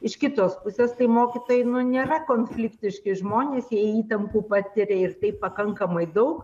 iš kitos pusės tai mokytojai nu nėra konfliktiški žmonės jie įtampų patiria ir taip pakankamai daug